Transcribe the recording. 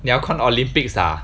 你要看 Olympics ah